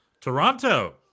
toronto